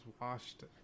washed